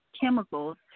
chemicals